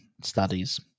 studies